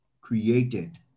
created